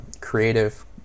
creative